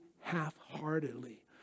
half-heartedly